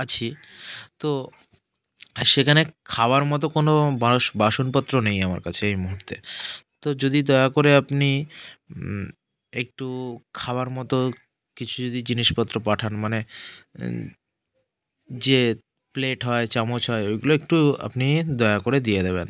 আছি তো সেখানে খাওয়ার মতো কোনো বাসনপত্র নেই আমার কাছে এই মুহুর্তে তো যদি দয়া করে আপনি একটু খাবার মতো কিছু যদি জিনিসপত্র পাঠান মানে যে প্লেট হয় চামচ হয় ওইগুলো একটু আপনি দয়া করে দিয়ে দেবেন